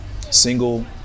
single